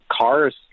cars